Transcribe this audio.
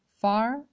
far